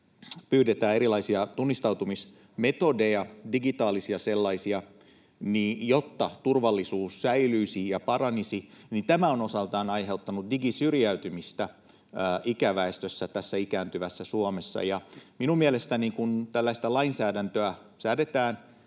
pyydetään erilaisia tunnistautumismetodeja, digitaalisia sellaisia, jotta turvallisuus säilyisi ja paranisi, niin tämä on osaltaan aiheuttanut digisyrjäytymistä ikäväestössä täällä ikääntyvässä Suomessa. Minun mielestäni, kun tällaista lainsäädäntöä säädetään